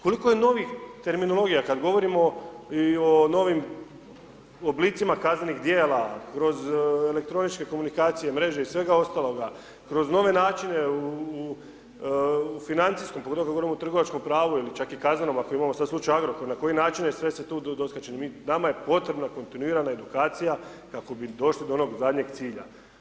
Koliko je novih terminologija kad govorimo i o novim oblicima kaznenih djela, kroz elektroničke komunikacije, mreže i svega ostaloga, kroz nove načine u financijskom, pogotovo kad govorimo o trgovačkom pravu ili čak i kaznenom, ako imamo sad slučaj Agrokor, na koje načine sve se tu doskače, nama je potrebna kontinuirana edukacija, kako bi došli do onog zadnjeg cilja.